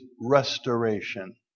restoration